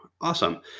Awesome